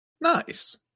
Nice